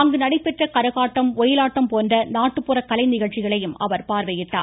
அங்கு நடைபெற்ற கரகாட்டம் ஒயிலாட்டம் போன்ற நாட்டுப்புற கலை நிகழ்ச்சிகளை அவர் பார்வையிட்டார்